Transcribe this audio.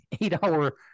eight-hour